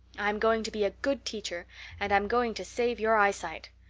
i'm going to be a good teacher and i'm going to save your eyesight.